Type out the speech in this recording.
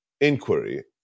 inquiry